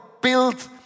built